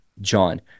John